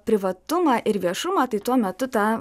privatumą ir viešumą tai tuo metu ta